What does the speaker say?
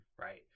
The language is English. right